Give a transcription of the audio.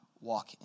walk